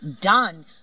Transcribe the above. done